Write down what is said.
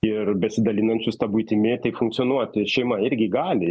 ir besidalinančius ta buitimi tai funkcionuoti šeima irgi gali